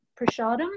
prashadam